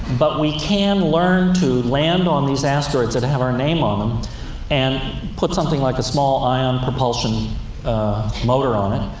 but we can learn to land on these asteroids that have our name on them and put something like a small ion propulsion motor on it,